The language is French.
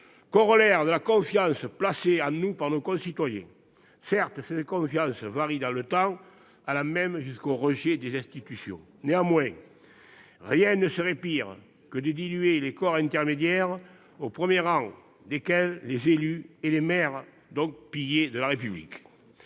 corollaire de la confiance placée en nous par nos concitoyens. Certes, cette confiance varie dans le temps, allant même jusqu'au rejet des institutions. Néanmoins, rien ne serait pire que de diluer les corps intermédiaires, au premier rang desquels les élus et les maires, piliers de la République.